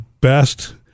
best